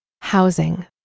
Housing